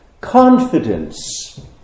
confidence